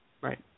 Right